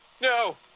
No